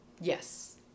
Yes